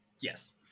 Yes